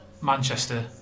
Manchester